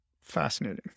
fascinating